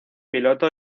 piloto